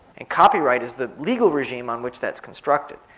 and copyright is the legal regime on which that's constructed.